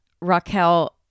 Raquel